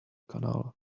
canal